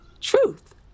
truth